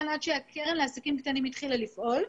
עד שהקרן לעסקים קטנים התחילה לפעול.